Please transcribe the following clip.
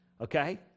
okay